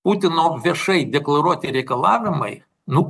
putino viešai deklaruoti reikalavimai nu